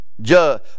judge